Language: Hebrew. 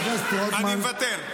אני מוותר.